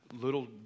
little